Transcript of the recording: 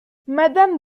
mme